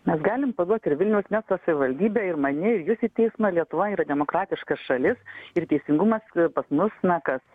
mes galim paduot ir vilniaus miesto savivaldybę ir mane ir jus į teismą lietuva yra demokratiška šalis ir teisingumas pas mus na kas